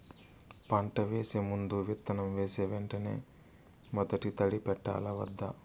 పంట వేసే ముందు, విత్తనం వేసిన వెంటనే మొదటి తడి పెట్టాలా వద్దా?